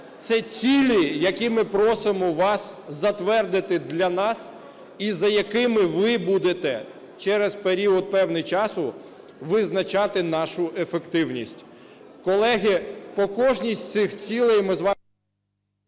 це цілі, які ми просимо вас затвердити для нас, і за якими ви будете через період певний часу визначати нашу ефективність.